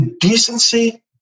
decency